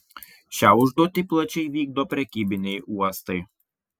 šią užduotį plačiai vykdo prekybiniai uostai